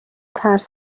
ترس